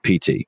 PT